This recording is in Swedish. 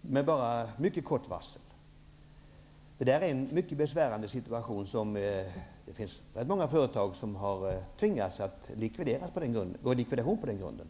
med mycket kort varsel. Det här är en mycket besvärande situation, och ganska många företag har tvingats till likvidation på den grunden.